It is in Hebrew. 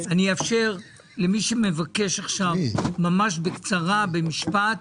למי שמבקש עכשיו ממש בקצרה, במשפט.